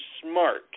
smart